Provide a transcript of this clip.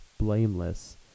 blameless